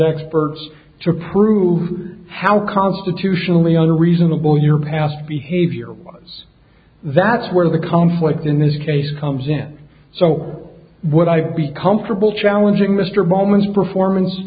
experts to prove how constitutionally a reasonable your past behavior was that's where the conflict in this case comes in so what i'd be comfortable challenging mr obama's performance